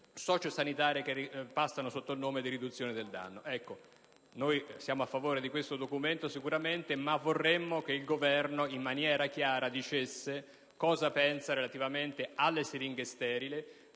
sociosanitarie che passano sotto il nome di riduzione del danno. Noi siamo a favore di questo documento, ma vorremmo che il Governo, in maniera chiara, dicesse cosa pensa relativamente alle siringhe sterili